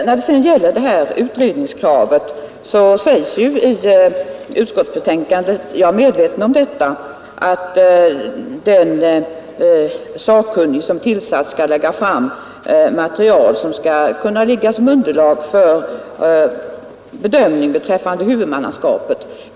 När det sedan gäller utredningskravet, så sägs ju i utskottsbetänkandet — jag är medveten om detta — att den sakkunnige som tillsatts skall lägga fram material som skall kunna tjäna som underlag för bedömning beträffande huvudmannaskapet.